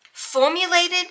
Formulated